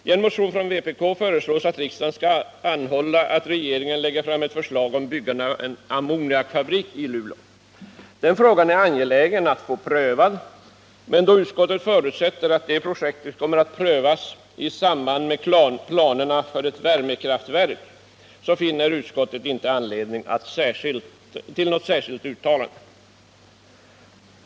I en motion från vpk föreslås att riksdagen skall begära att regeringen lägger fram ett förslag om byggande av en ammoniakfabrik i Luleå. Denna fråga är angelägen att få prövad, men då utskottet förutsätter att detta projekt kommer att prövas i samband med planerna för ett kraftvärmeverk finner utskottet inte anledning till något särskilt uttalande.